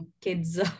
kids